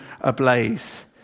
ablaze